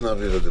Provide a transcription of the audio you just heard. נעביר את זה,